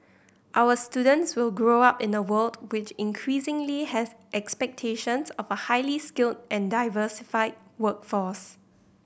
our students will grow up in a world which increasingly has expectations of a highly skilled and diversified workforce